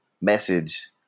message